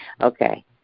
Okay